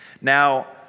Now